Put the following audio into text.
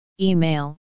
email